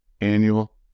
annual